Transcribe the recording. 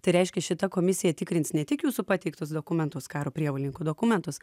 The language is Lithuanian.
tai reiškia šita komisija tikrins ne tik jūsų pateiktus dokumentus karo prievolininkų dokumentus